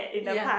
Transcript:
ya